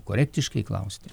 korektiškai klausti